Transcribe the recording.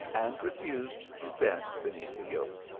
and refused to bend beneath the yoke.